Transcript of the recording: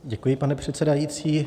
Děkuji, pane předsedající.